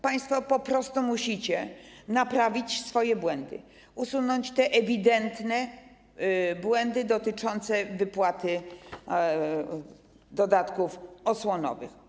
Państwo po prostu musicie naprawić swoje błędy, usunąć te ewidentne błędy dotyczące wypłaty dodatków osłonowych.